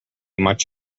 much